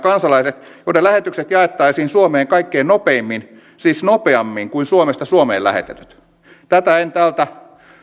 kansalaiset joiden lähetykset jaettaisiin suomeen kaikkein nopeimmin siis nopeammin kuin suomesta suomeen lähetetyt tätä en tältä